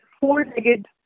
four-legged